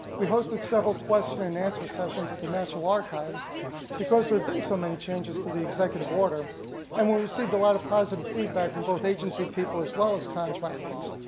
we hosted several question and answer sessions at the national archives because there had been so many changes to the executive order and we received a lot of positive feedback from both agency people as well as contractors.